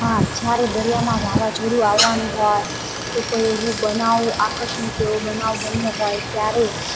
હા જ્યારે દરિયામાં વાવાઝોડું આવવાનું હોય કે કોઈ બનાવ આકસ્મિક એવો બનાવ બન્યો હોય ત્યારે